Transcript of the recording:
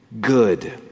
good